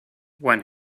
when